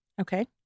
Okay